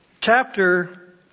chapter